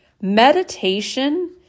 meditation